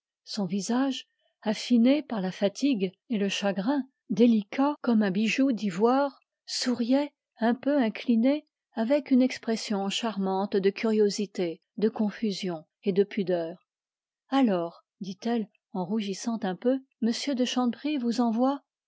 son visage affiné par la fatigue et le chagrin délicat comme un bijou d'ivoire souriait un peu incliné avec une expression charmante de confusion et de pudeur ainsi dit-elle m de chanteprie vous envoie